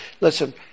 Listen